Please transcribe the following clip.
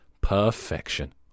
perfection